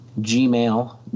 gmail